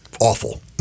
awful